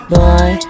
Boy